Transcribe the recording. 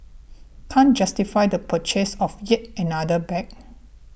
can't justify the purchase of yet another bag